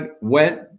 went